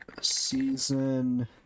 season